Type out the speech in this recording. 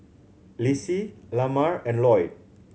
Lissie Lamar and Loyd